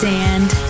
Sand